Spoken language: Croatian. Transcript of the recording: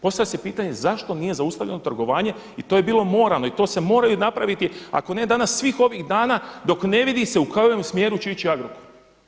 Postavlja se pitanje zašto nije zaustavljeno trgovanje i to je bilo moralno i to se mora napraviti ako ne danas svih ovih dana dok ne vidi se u kojem smjeru će ići Agrokor.